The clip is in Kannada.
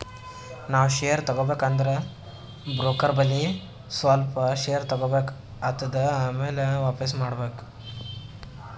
ನಾವ್ ಶೇರ್ ತಗೋಬೇಕ ಅಂದುರ್ ಬ್ರೋಕರ್ ಬಲ್ಲಿ ಸ್ವಲ್ಪ ಶೇರ್ ತಗೋಬೇಕ್ ಆತ್ತುದ್ ಆಮ್ಯಾಲ ವಾಪಿಸ್ ಮಾಡ್ಬೇಕ್